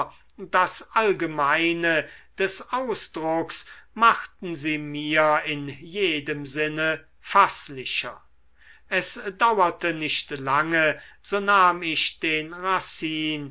das allgemeine des ausdrucks machten sie mir in jedem sinne faßlicher es dauerte nicht lange so nahm ich den racine